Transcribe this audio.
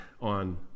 on